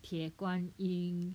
铁观音